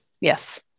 Yes